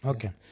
Okay